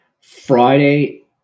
Friday